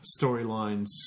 storylines